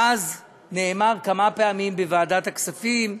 ואז, נאמר כמה פעמים בוועדת הכספים,